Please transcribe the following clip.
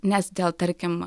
nes dėl tarkim